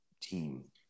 team